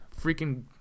freaking